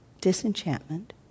Disenchantment